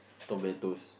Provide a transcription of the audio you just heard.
tomatoes